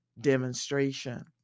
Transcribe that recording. demonstration